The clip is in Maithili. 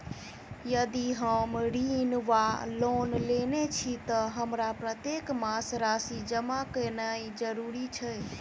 यदि हम ऋण वा लोन लेने छी तऽ हमरा प्रत्येक मास राशि जमा केनैय जरूरी छै?